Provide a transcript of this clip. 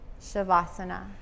Shavasana